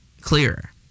clearer